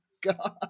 God